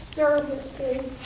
services